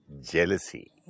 Jealousy